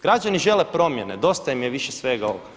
Građani žele promjene, dosta im je više svega ovoga.